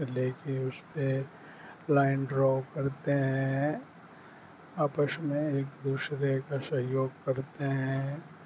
لے کے اس پہ لائن ڈرا کرتے ہیں آپس میں ایک دوسرے کا سہیوگ کرتے ہیں